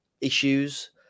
issues